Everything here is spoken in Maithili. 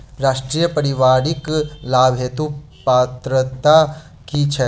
राष्ट्रीय परिवारिक लाभ हेतु पात्रता की छैक